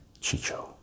Chicho